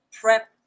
prep